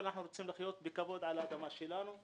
אנחנו רוצים לחיות בכבוד על האדמה שלנו,